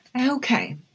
Okay